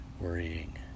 worrying